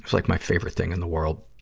like, my favorite thing in the world.